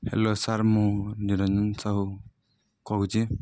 hello sir ମୁଁ ନିରଞ୍ଜନ ସାହୁ କହୁଛି